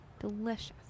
delicious